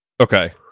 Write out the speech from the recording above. Okay